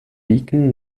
dicken